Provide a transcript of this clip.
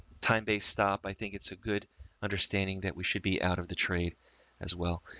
time-based stop. i think it's a good understanding that we should be out of the trade as well.